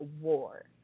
war